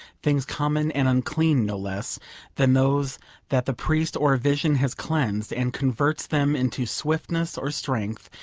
things common and unclean no less than those that the priest or a vision has cleansed, and converts them into swiftness or strength,